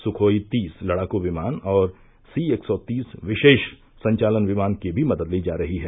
Sukhoi तीस लड़ाकू विमान और सी एक सौ तीस विशेष संचालन विमान की भी मदद ली जा रही है